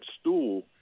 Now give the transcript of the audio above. stool